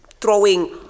throwing